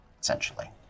essentially